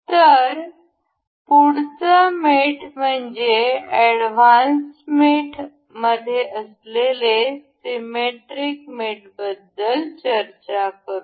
तर पुढचा मेट म्हणजेच एडव्हान्स मेट मध्ये असलेले सीमॅट्रिक मेटबद्दल चर्चा करू